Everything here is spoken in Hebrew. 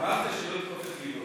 אמרת שלא יתקוף את ליברמן.